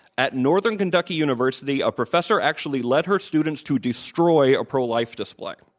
at northern kentucky university, a professor actually led her students to destroy a pro life display.